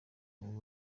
niwe